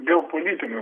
dėl politinių